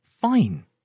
fine